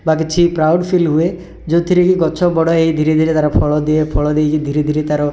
ବା କିଛି proud feel ହୁଏ ଯେଉଁଥିରେକି ଗଛ ବଡ଼ ହେଇ ଧୀରେ ଧୀରେ ଫଳ ଦିଏ ଫଳ ଦେଇକି ଧୀରେ ଧୀରେ ତା'ର